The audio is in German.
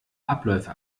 abläufe